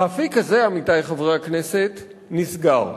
האפיק הזה, עמיתי חברי הכנסת, נסגר.